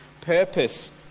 purpose